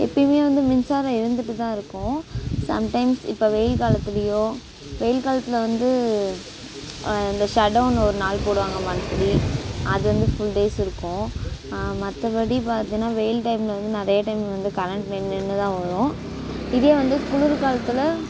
எப்பவுமே வந்து மின்சாரம் இருந்துகிட்டுதான் இருக்கும் சம்டைம்ஸ் இப்போ வெயில் காலத்திலயோ வெயில் காலத்தில் வந்து இந்த சடவுன் ஒருநாள் போடுவாங்க மன்த்லி அது வந்து ஃபுல்டேஸ் இருக்கும் மற்றபடி பார்த்தேனா வெயில் டைமில் வந்து நிறைய டைமில் வந்து கரண்ட் நின்று நின்றுதான் வரும் இதே வந்து குளிர்காலத்தில்